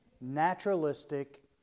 naturalistic